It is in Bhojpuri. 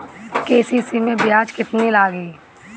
के.सी.सी मै ब्याज केतनि लागेला?